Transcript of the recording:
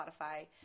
Spotify